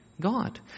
God